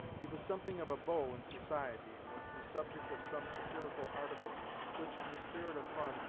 he was something of a beau in society, and was the subject of some satirical articles which, in a spirit of fun,